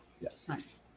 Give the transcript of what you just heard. Yes